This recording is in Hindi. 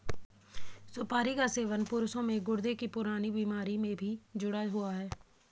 सुपारी का सेवन पुरुषों में गुर्दे की पुरानी बीमारी से भी जुड़ा हुआ है